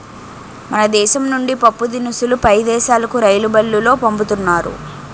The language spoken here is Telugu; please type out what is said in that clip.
మన దేశం నుండి పప్పుదినుసులు పై దేశాలుకు రైలుబల్లులో పంపుతున్నారు